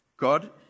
God